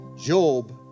Job